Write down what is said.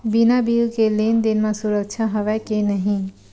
बिना बिल के लेन देन म सुरक्षा हवय के नहीं?